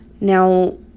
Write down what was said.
Now